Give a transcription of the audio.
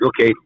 okay